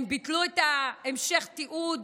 הם ביטלו את המשך התיעוד